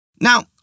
Now